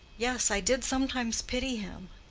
yes, i did sometimes pity him.